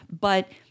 But-